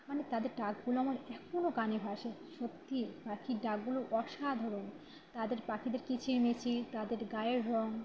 মানে তাদের ডাকগুলো আমার এখনও কানে ভাসে সত্যি পাখির ডাকগুলো অসাধারণ তাদের পাখিদের কিচিরমিচির তাদের গায়ের রঙ